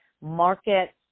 market